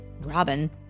Robin